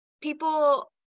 people